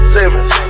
Simmons